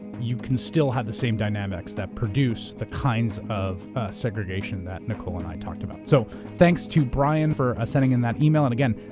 you can still have the same dynamics that produce the kinds of segregation that nikole and i talked about. so, thanks you brian for sending in that email, and again,